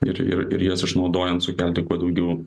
ir ir jas išnaudojant sukelti kuo daugiau